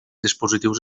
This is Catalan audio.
dispositius